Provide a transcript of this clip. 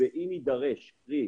אם אורכה